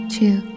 two